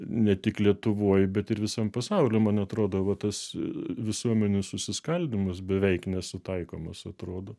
ne tik lietuvoj bet ir visam pasauly man atrodo va tas visuomenių susiskaldymas beveik nesutaikomas atrodo